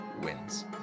wins